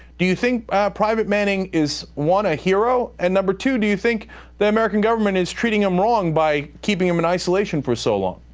do you think private manning is, one, a hero? and, number two, do you think the american government is treating him wrong by keeping him in isolation for so long?